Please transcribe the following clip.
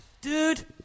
Dude